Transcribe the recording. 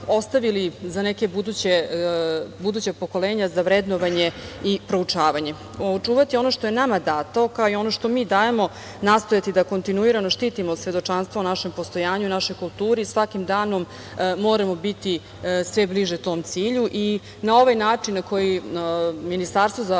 ostavili za neke buduća pokolenja za vrednovanje i proučavanje. Očuvati ono što je nama dato, kao i ono što mi dajemo nastojati da kontinuirano štitimo, svedočanstvo o našem postojanju i našoj kulturi svakim danom moramo biti sve bliže tom cilju i na ovaj način na koji Ministarstvo za